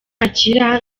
akira